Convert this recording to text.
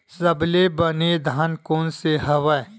सबले बने धान कोन से हवय?